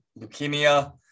leukemia